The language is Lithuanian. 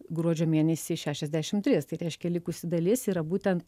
gruodžio mėnesį šešiasdešim tris tai reiškia likusi dalis yra būtent